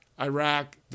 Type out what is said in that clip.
Iraq